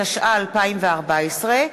התשע"ה 2014,